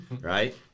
right